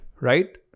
right